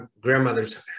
grandmother's